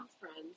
friends